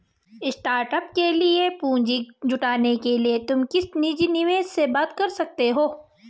startup के लिए पूंजी जुटाने के लिए तुम किसी निजी निवेशक से बात कर सकते हो